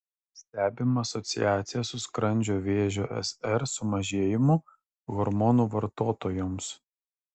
stebima asociacija su skrandžio vėžio sr sumažėjimu hormonų vartotojoms